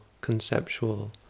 conceptual